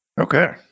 Okay